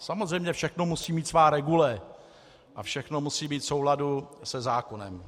Samozřejmě všechno musí mít své regule a všechno musí být v souladu se zákonem.